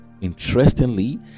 Interestingly